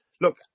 look